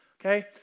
Okay